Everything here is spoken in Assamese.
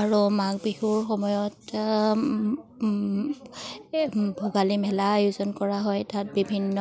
আৰু মাঘ বিহুৰ সময়ত ভোগালী মেলা আয়োজন কৰা হয় তাত বিভিন্ন